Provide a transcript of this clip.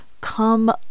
come